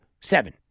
Seven